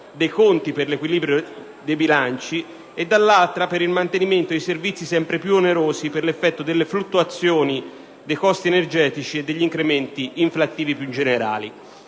dei conti per l'equilibrio dei bilanci e al contempo il mantenimento di servizi sempre più onerosi, per effetto delle fluttuazioni dei costi energetici e degli incrementi inflattivi più generali.